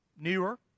newer